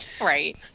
Right